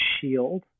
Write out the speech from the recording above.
shield